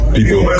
people